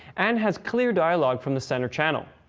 and has clear dialog from the center channel.